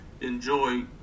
enjoy